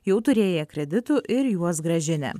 jau turėję kreditų ir juos grąžinę